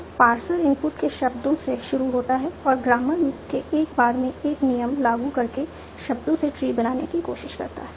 तो parser input के शब्दों से शुरू होता है और ग्रामर के एक बार में एक नियम लागू करके शब्दों से ट्री बनाने की कोशिश करता है